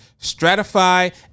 Stratify